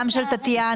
גם של טטיאנה.